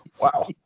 Wow